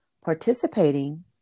participating